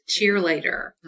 cheerleader